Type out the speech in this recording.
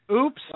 oops